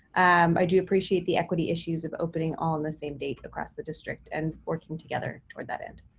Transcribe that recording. i do appreciate the equity issues of opening on the same date across the district and working together toward that end.